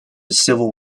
civil